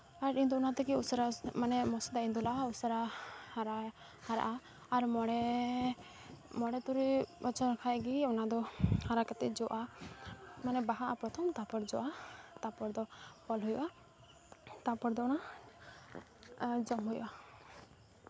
ᱟᱨ ᱤᱧ ᱫᱚ ᱚᱱᱟ ᱛᱮᱜᱮ ᱩᱥᱟᱹᱨᱟ ᱩᱥᱟᱹᱨᱟ ᱢᱟᱱᱮ ᱢᱚᱡᱽ ᱛᱮ ᱫᱟᱜ ᱤᱧ ᱫᱩᱞᱟᱜᱼᱟ ᱢᱟᱱᱮ ᱩᱥᱟᱹᱨᱟ ᱦᱟᱨᱟ ᱦᱟᱨᱟᱜᱼᱟ ᱟᱨ ᱢᱚᱬᱮ ᱢᱚᱬᱮ ᱛᱩᱨᱩᱭ ᱵᱚᱪᱷᱚᱨ ᱠᱷᱟᱱ ᱜᱮ ᱚᱱᱟᱫᱚ ᱦᱟᱨᱟ ᱠᱟᱛᱮᱫ ᱡᱚᱜᱼᱟ ᱢᱟᱱᱮ ᱵᱟᱦᱟᱜᱼᱟ ᱯᱨᱚᱛᱷᱚᱢ ᱛᱟᱨᱯᱚᱨᱮ ᱡᱚᱜᱼᱟ ᱛᱟᱨᱯᱚᱨ ᱫᱚ ᱯᱷᱚᱞ ᱦᱩᱭᱩᱜᱼᱟ ᱛᱟᱨᱯᱚᱨ ᱫᱚ ᱚᱱᱟ ᱡᱚᱢ ᱦᱩᱭᱩᱜᱼᱟ